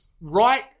right